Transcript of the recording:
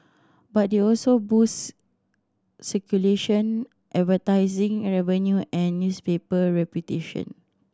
but they also boost circulation advertising and revenue and newspaper reputation